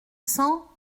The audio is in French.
cent